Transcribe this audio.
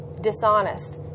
Dishonest